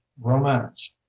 romance